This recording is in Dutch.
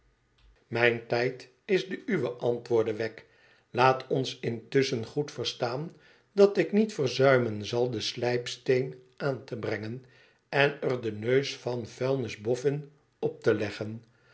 mijn tijd is de uwe antwoordde wegg laat ons intusschen goed verstaan dat ik niet verzuimen zal den slijpsteen aan te brengen en er den neus van den vuilnis boffin op te leggen